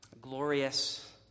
glorious